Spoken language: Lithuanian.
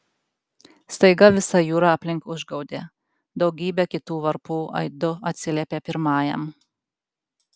staiga visa jūra aplink užgaudė daugybė kitų varpų aidu atsiliepė pirmajam